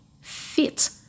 fit